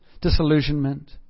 disillusionment